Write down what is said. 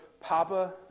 papa